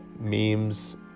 memes